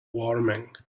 warming